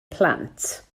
plant